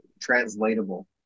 translatable